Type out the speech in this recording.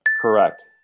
Correct